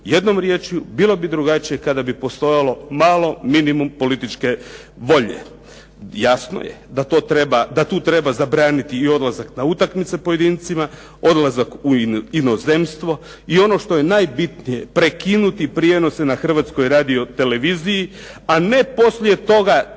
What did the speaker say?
Jednom riječju, bilo bi drugačije kada bi postojalo malo minimum političke volje. Jasno je da tu treba zabraniti i odlazak na utakmice pojedincima, odlazak u inozemstvo, i ono što je najbitnije prekinuti prijenos na Hrvatskoj radio-televiziji a ne poslije toga te